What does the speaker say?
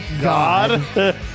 God